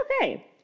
okay